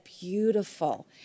beautiful